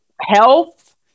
health